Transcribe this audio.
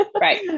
Right